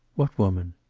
what woman?